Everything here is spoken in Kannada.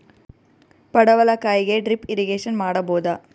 ಪಡವಲಕಾಯಿಗೆ ಡ್ರಿಪ್ ಇರಿಗೇಶನ್ ಮಾಡಬೋದ?